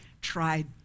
tried